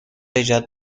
ایجاد